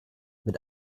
mit